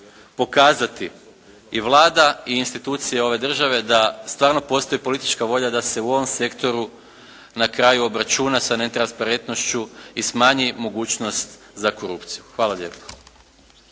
pokazati i Vlada i institucije ove države da stvarno postoji politička volja da se u ovom sektoru na kraju obračuna sa netransparentnošću i smanji mogućnost za korupciju. Hvala lijepo.